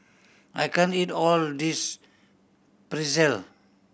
I can't eat all of this Pretzel